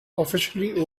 officially